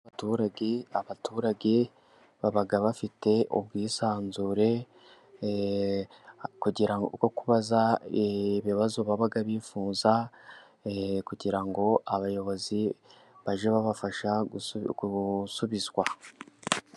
Abaturage, abaturage baba bafite ubwisanzure bwo kubaza ibibazo baba bifuza, kugira ngo abayobozi bajye babafasha gusubizwa.